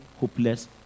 hopeless